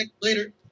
Later